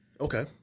Okay